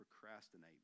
procrastinate